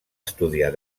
estudiar